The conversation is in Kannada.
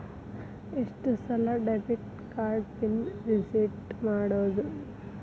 ಎಷ್ಟ ಸಲ ಡೆಬಿಟ್ ಕಾರ್ಡ್ ಪಿನ್ ರಿಸೆಟ್ ಮಾಡಬೋದು